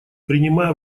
принимая